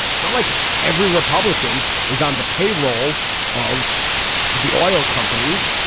it's not like every republican is on the payroll of the oil companies.